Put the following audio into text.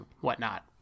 whatnot